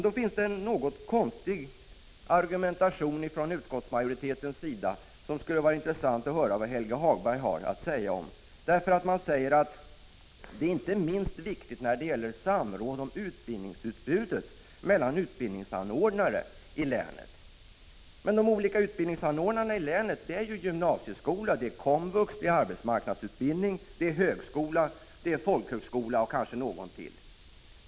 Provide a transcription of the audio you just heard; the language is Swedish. Då använder man sig från utskottsmajoritetens sida av en något konstig argumentation, och det skulle vara intressant att höra vad Helge Hagberg har att säga om den. Man säger att det inte är minst viktigt med samråd om utbildningsutbudet mellan utbildningsanordnare i länet. Men de olika utbildningsanordnarna i länet det är ju gymnasieskola, komvux, arbetsmarknadsutbildning, högskola, folkhögskola, och kanske någon ytterligare.